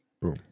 Boom